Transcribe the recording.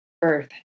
birth